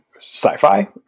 sci-fi